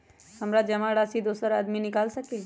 हमरा जमा राशि दोसर आदमी निकाल सकील?